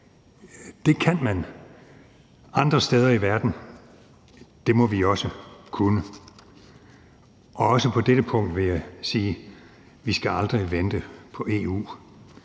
Det kan man andre steder verden, og det må vi også kunne. Også på dette punkt vil jeg sige, at vi aldrig skal vente på EU,